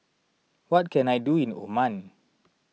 what can I do in Oman